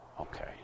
Okay